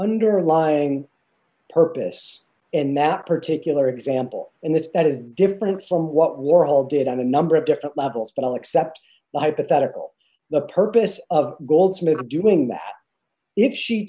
underlying purpose in that particular example in this that is different from what warhol did on a number of different levels but all except by pathetically the purpose of goldsmith doing that if she